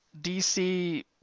DC